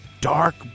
dark